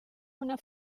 una